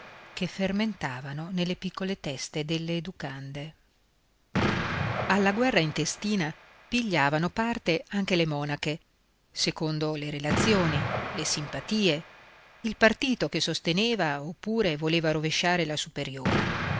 che fermentavano nelle piccole teste delle educande alla guerra intestina pigliavano parte anche le monache secondo le relazioni le simpatie il partito che sosteneva oppure voleva rovesciare la superiora